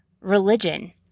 religion